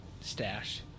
stash